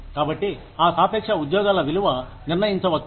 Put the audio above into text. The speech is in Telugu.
కాబట్టి ఆ సాపేక్ష ఉద్యోగాల విలువ నిర్ణయించవచ్చు